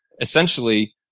essentially